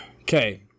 Okay